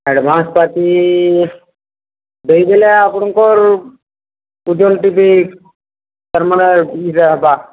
advance ପାଟି ଦେଇଦଲେ ଆପଣଙ୍କର ଓଜନ ଟି ଭି ହେବା